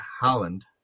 holland